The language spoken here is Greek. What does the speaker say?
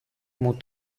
μου